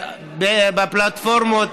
בפלטפורמות